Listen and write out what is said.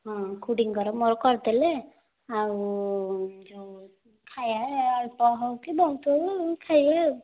ହଁ ଖୁଡ଼ିଙ୍କର ମୋର କରିଦେଲେ ଆଉ ଯେଉଁ ଖାଇବା ଏଇ ଅଳ୍ପ ହଉ କି ବହୁତ ହଉ ଖାଇବା ଆଉ